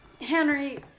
Henry